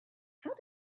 how